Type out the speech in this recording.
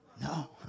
No